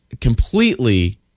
completely